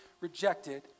rejected